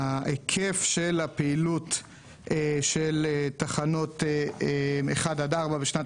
היקף הפעילות של תחנות אחד עד ארבע בשנת